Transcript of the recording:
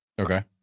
Okay